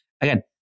Again